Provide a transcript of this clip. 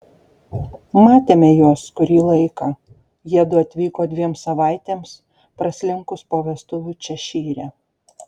matėme juos kurį laiką jiedu atvyko dviem savaitėms praslinkus po vestuvių češyre